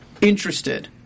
interested